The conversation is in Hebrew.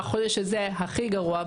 אנחנו חושבים שזה הכי גרוע.